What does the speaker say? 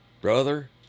Brother